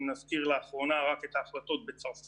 אם נזכיר לאחרונה רק את ההחלטות בצרפת,